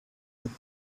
would